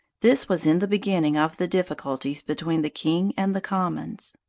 this was in the beginning of the difficulties between the king and the commons.